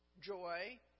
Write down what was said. joy